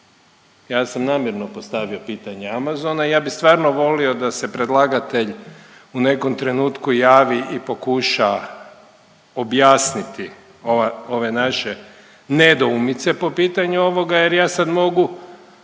Ja sam namjerno postavio pitanje Amazona, ja bi stvarno volio da se predlagatelj u nekom trenutku javi i pokuša objasniti ove naše nedoumice po pitanju ovoga, jer ja sad mogu